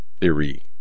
theory